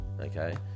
okay